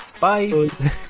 Bye